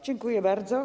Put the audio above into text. Dziękuję bardzo.